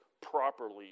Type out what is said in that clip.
properly